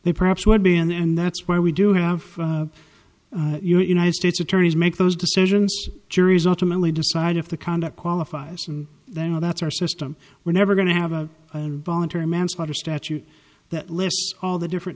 they perhaps would be and that's why we do have you know united states attorneys make those decisions juries ultimately decide if the conduct qualifies and then oh that's our system we're never going to have a voluntary manslaughter statute that lists all the different